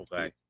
Okay